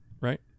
right